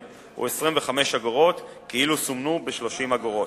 הוא 25 אגורות כאילו סומנו ב-30 אגורות.